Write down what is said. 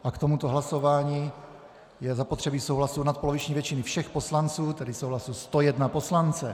K tomuto hlasování je zapotřebí souhlasu nadpoloviční většiny všech poslanců, tedy souhlasu 101 poslance.